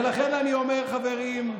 ולכן אני אומר, חברים,